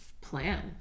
plan